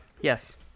Yes